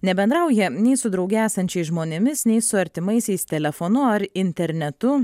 nebendrauja nei su drauge esančiais žmonėmis nei su artimaisiais telefonu ar internetu